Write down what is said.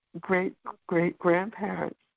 great-great-grandparents